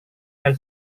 dan